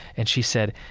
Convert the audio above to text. and she said,